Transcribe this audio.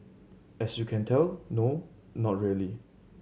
as you can tell no not really